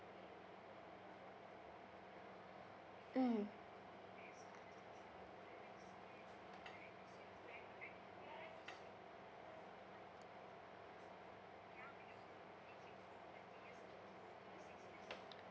mm